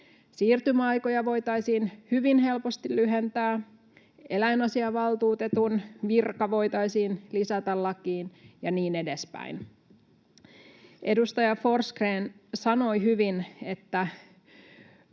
Siirtymäaikoja voitaisiin hyvin helposti lyhentää, eläinasiavaltuutetun virka voitaisiin lisätä lakiin ja niin edespäin. Edustaja Forsgrén sanoi hyvin, että